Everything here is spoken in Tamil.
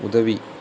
உதவி